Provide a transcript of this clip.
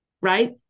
Right